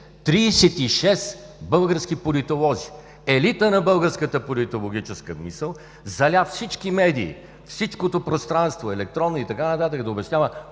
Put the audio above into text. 36 български политолози, елитът на българската политологическа мисъл заля всички медии, всичкото пространство – електронно и така нататък, да обяснява